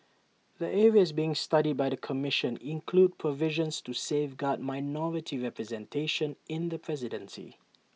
the areas being studied by the commission include provisions to safeguard minority representation in the presidency